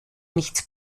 nichts